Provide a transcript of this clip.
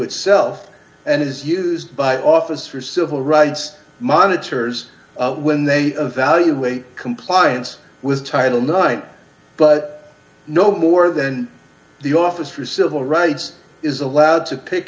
itself and is used by office for civil rights monitors when they evaluate compliance with title nine but no more than the office for civil rights is allowed to pick